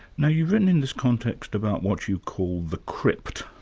now you've written in this context about what you call the crypt.